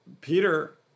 Peter